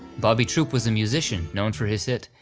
bobby troup was a musician, known for his hit,